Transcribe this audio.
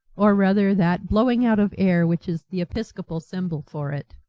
or rather that blowing out of air which is the episcopal symbol for it.